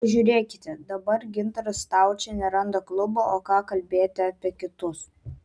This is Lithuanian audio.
pažiūrėkite dabar gintaras staučė neranda klubo o ką kalbėti apie kitus